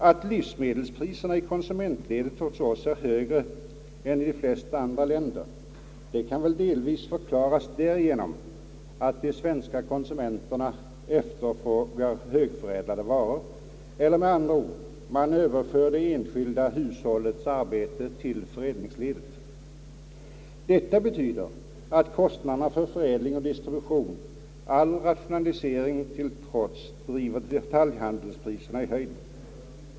Att livsmedelspriserna i konsumentledet hos oss är högre än i de flesta andra länder kan delvis förklaras därav att den svenska konsumenten efterfrågar mera högförädlade varor, man överför med andra ord det enskilda hushållets arbete till förädlingsledet. Detta betyder att kostnaderna för förädling och distribution, all rationalisering till trots, driver detaljhandelspriserna i höjden.